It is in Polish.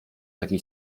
taki